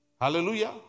Hallelujah